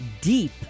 deep